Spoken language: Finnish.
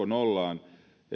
nollaan